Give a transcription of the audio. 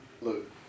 look